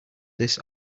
this